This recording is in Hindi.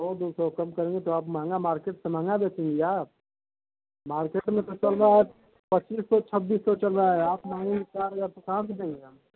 सौ दो सौ कम करेंगे तो आप महंगा मार्केट से मँगा आप मार्केट में तो चल रहा है पच्चीस सौ छब्बीस सौ चल रहा है आप माँगेंगी चार हज़ार तो कहाँ से देंगे